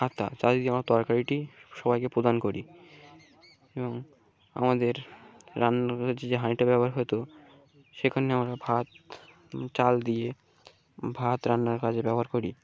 হাতা চা যদি আমরা তরকারিটি সবাইকে প্রদান করি এবং আমাদের রান্নার যে হাঁড়িটা ব্যবহার হতো সেখানে আমরা ভাত চাল দিয়ে ভাত রান্নার কাজে ব্যবহার করি